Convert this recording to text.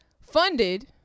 funded